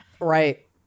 Right